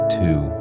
two